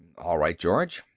all right, george,